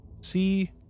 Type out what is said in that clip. See